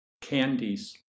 candies